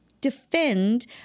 defend